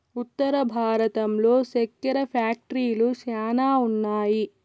ఉత్తర భారతంలో సెక్కెర ఫ్యాక్టరీలు శ్యానా ఉన్నాయి